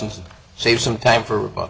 and save some time for